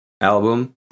album